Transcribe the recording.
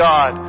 God